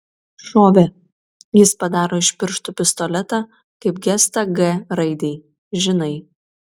šovė jis padaro iš pirštų pistoletą kaip gestą g raidei žinai